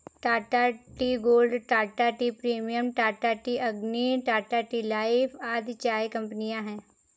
Tata tea gold, Tata tea premium, Tata tea Agni, Tata tea life आदि चाय कंपनियां है